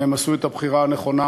אם הן עשו את הבחירה הנכונה,